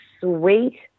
sweet